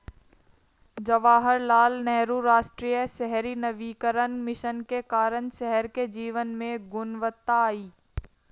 जवाहरलाल नेहरू राष्ट्रीय शहरी नवीकरण मिशन के कारण शहर के जीवन में गुणवत्ता आई